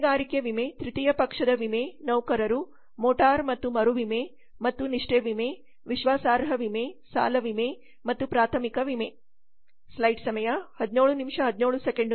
ಹೊಣೆಗಾರಿಕೆ ವಿಮೆ ತೃತೀಯ ಪಕ್ಷದ ವಿಮೆ ನೌಕರರು ಮೋಟಾರ್ ಮತ್ತು ಮರುವಿಮೆ ಮತ್ತು ನಿಷ್ಠೆ ವಿಮೆ ವಿಶ್ವಾಸಾರ್ಹ ವಿಮೆ ಸಾಲ ವಿಮೆ ಮತ್ತು ಪ್ರಾಥಮಿಕ ವಿಮೆ